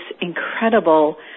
incredible